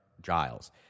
Giles